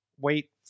Wait